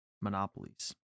monopolies